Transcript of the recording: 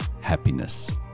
happiness